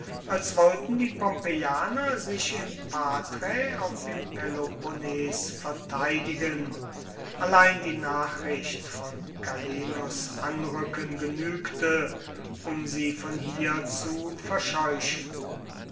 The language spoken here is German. als wollten die pompeianer sich in paträ auf dem peloponnes verteidigen allein die nachricht von calenus anrücken genügte um sie von hier zu verscheuchen